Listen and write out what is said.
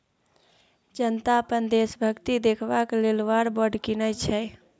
जनता अपन देशभक्ति देखेबाक लेल वॉर बॉड कीनय छै